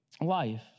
life